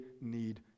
need